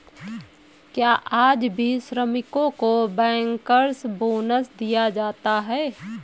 क्या आज भी श्रमिकों को बैंकर्स बोनस दिया जाता है?